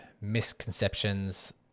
misconceptions